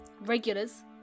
regulars